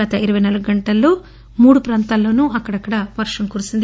గత ఇరవై నాలుగు గంటల్లో మూడు ప్రాంతాల్లో అక్కడక్కడా వర్గం కురిసింది